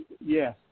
Yes